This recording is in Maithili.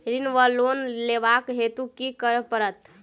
ऋण वा लोन लेबाक हेतु की करऽ पड़त?